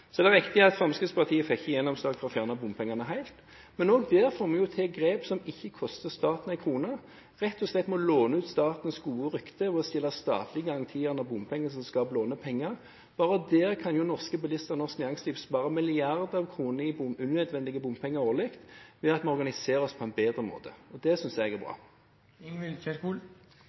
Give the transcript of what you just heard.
Så er det riktig at Fremskrittspartiet ikke fikk gjennomslag for å fjerne bompengene helt. Men også der får vi til grep som ikke koster staten en krone – rett og slett ved å låne ut statens gode rykte – ved å stille statlige garantier når bompengeselskap låner penger. Bare der kan norske bilister og norsk næringsliv kan spare milliarder av unødvendige bompenger årlig ved at vi organiserer oss på en bedre måte. Det synes jeg er bra.